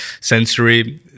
sensory